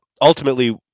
Ultimately